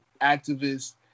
activists